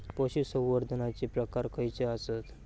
पशुसंवर्धनाचे प्रकार खयचे आसत?